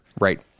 Right